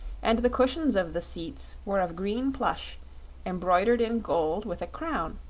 and the cushions of the seats were of green plush embroidered in gold with a crown,